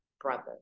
brother